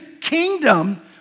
kingdom